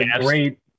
great